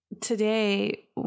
today